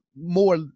more